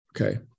Okay